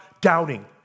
doubting